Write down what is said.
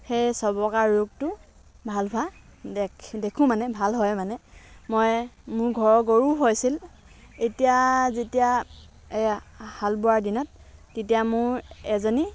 সেই চবকা ৰোগটো ভাল হোৱা দেখি দেখোঁ মানে ভাল হয় মানে মই মোৰ ঘৰৰ গৰুৰো হৈছিল এতিয়া যেতিয়া এইয়া হাল বোৱাৰ দিনত তেতিয়া মোৰ এজনী